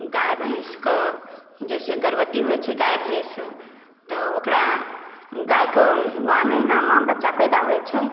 गाइ भैँसके जइसे गर्भवती होइ छै गाइ भैँस तऽ ओकरा गाइके नओ महिनामे बच्चा पैदा होइ छै